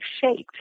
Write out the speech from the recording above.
shaped